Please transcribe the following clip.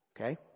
Okay